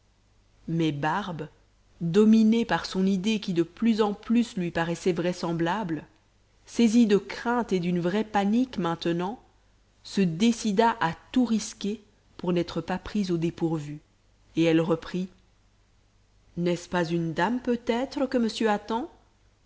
mais barbe dominée par son idée qui de plus en plus lui paraissait vraisemblable saisie de crainte et d'une vraie panique maintenant se décida à tout risquer pour n'être pas prise au dépourvu et elle reprit n'est-ce pas une dame peut-être que monsieur attend